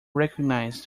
recognised